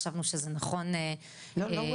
חשבנו שזה נכון בעצם.